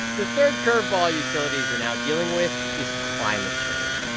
the third curveball utilities are now dealing with is climate change.